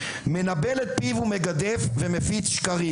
מנבל את פיו ומגדף ומפיץ שקרים,